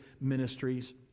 ministries